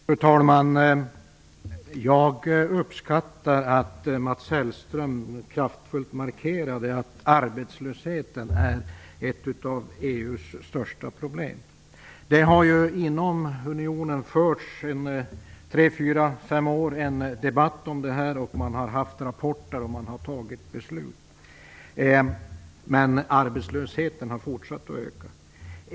Fru talman! Jag uppskattar att Mats Hellström så kraftfullt markerade att arbetslösheten är ett av EU:s största problem. Det har ju förts en debatt om det detta inom unionen i tre, fyra fem år. Det har förekommit rapporter och beslut har fattats, men arbetslösheten har fortsatt öka.